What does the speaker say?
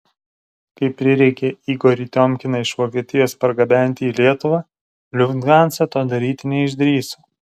kai prireikė igorį tiomkiną iš vokietijos pargabenti į lietuvą lufthansa to daryti neišdrįso